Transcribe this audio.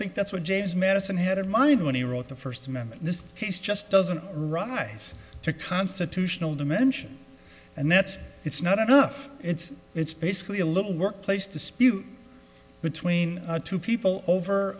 think that's what james madison had in mind when he wrote the first member in this case just doesn't rise to constitutional dimension and that's it's not enough it's it's basically a little workplace dispute between two people over